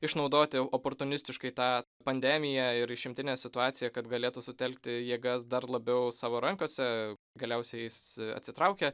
išnaudoti oportunistiškai tą pandemiją ir išimtinę situaciją kad galėtų sutelkti jėgas dar labiau savo rankose galiausiai jis atsitraukia